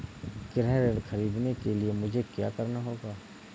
गृह ऋण ख़रीदने के लिए मुझे क्या करना होगा?